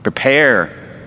Prepare